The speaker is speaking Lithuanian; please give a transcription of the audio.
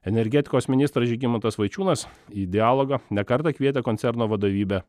energetikos ministras žygimantas vaičiūnas į dialogą ne kartą kvietė koncerno vadovybę